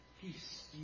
peace